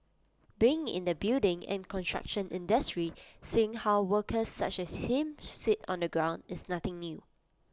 being in the building and construction industry seeing how workers such as him sit on the ground is nothing new